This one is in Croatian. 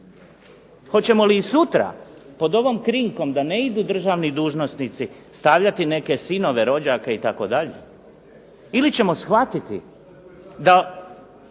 Hoćemo li i sutra pod ovom krinkom da ne idu državni dužnosnici stavljati neke sinove, rođake itd. Ili ćemo shvatiti da